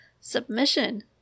submission